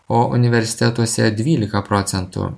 o universitetuose dvylika procentų